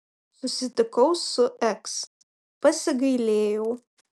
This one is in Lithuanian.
susitikau su eks pasigailėjau